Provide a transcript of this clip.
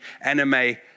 anime